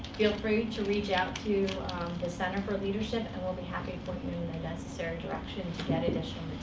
feel free to reach out to the center for leadership, and we'll be happy to point you in the like necessary direction to get additional